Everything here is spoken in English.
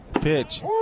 Pitch